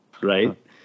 right